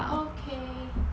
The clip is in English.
okay